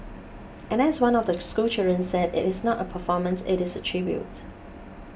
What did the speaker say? and as one of the schoolchildren said it is not a performance it is a tribute